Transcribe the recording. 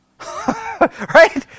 right